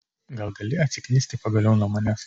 gal gali atsiknisti pagaliau nuo manęs